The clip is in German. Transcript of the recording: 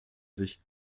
sich